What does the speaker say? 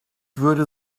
würde